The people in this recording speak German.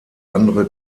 andere